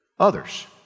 others